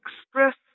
express